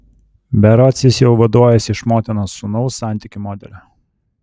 berods jis jau vaduojasi iš motinos sūnaus santykių modelio